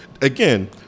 again